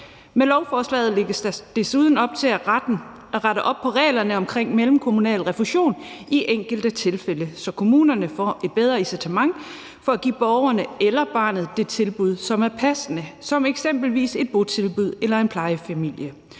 Med lovforslaget lægges der desuden op til at rette op på reglerne omkring mellemkommunal refusion i enkelte tilfælde, så kommunerne får et bedre incitament til at give borgerne eller barnet det tilbud, som er passende, som eksempelvis et botilbud eller en plejefamilie,